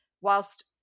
whilst